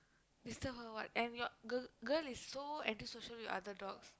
disturb her what and your girl girl is so antisocial with other dogs